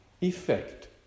effect